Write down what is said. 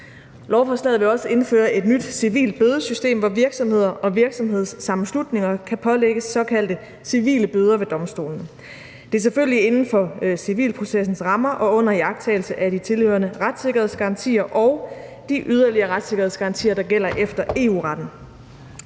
Lovforslaget vil også indføre et nyt civilt bødesystem, hvor virksomheder og virksomhedssammenslutninger kan pålægges såkaldte civile bøder ved domstolene. Det er selvfølgelig inden for civilprocessens rammer og under iagttagelse af de tilhørende retssikkerhedsgarantier og de yderligere retssikkerhedsgarantier, der gælder efter EU-retten.